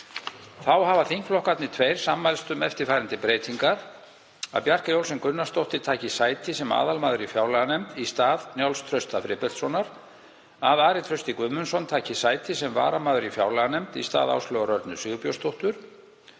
Þá hafa þingflokkarnir tveir sammælst um eftirfarandi breytingar: Að Bjarkey Olsen Gunnarsdóttir taki sæti sem aðalmaður í fjárlaganefnd í stað Njáls Trausta Friðbertssonar, Ari Trausti Guðmundsson taki sæti sem varamaður í fjárlaganefnd í stað Áslaugar Örnu Sigurbjörnsdóttur,